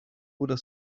oder